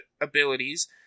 abilities